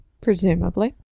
Presumably